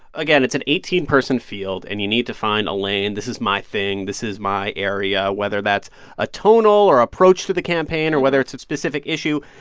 again, it's an eighteen person field, and you need to find a lane this is my thing, this is my area whether that's a tonal or approach to the campaign or whether it's a specific issue.